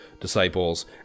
disciples